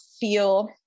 feel